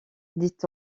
dit